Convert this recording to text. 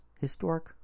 historic